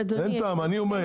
אני אומר,